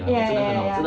ya ya ya